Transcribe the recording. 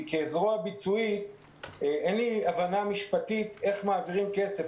כזרוע ביצועית אין לי הבנה משפטית איך מעבירים כסף,